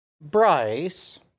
Bryce